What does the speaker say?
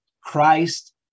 Christ